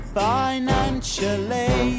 financially